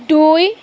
দুই